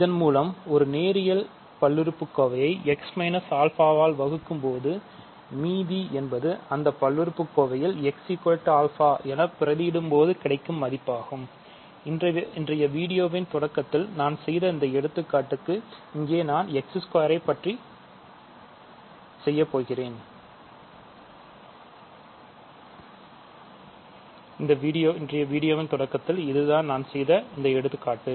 இதன் மூலம் ஒரு நேரியல் பல்லுறுப்புகோவையை x α ஆல் வகுக்கும்போது மீதி என்பது அந்தப் பல்லுறுப்புக்கோவையில் x α பிரதி இடும்போது கிடைக்கும் மதிப்பாகும் இன்றைய வீடியோவின் தொடக்கத்தில் இது தான் நான் செய்த இந்த எடுத்துக்காட்டுக்கு